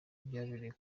ibyabereye